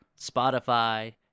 Spotify